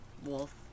wolf